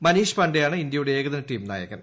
മനീഷ് പാണ്ഡെയാണ് ഇന്ത്യയുടെഏകദിന ടീം നായകൻ